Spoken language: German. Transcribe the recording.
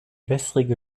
wässrige